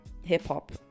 hip-hop